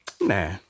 Nah